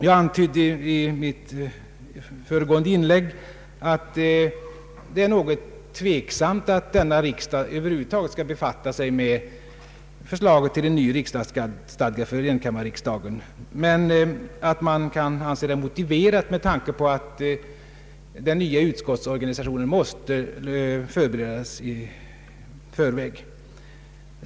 Jag antydde i mitt föregående inlägg att jag anser det något tveksamt om denna riksdag över huvud taget skall befatta sig med förslaget till en ny riksdagsstadga för enkammarriksdagen, även om det kan anses motiverat med tanke på att den nya utskottsorganisationen måste förberedas.